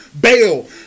bail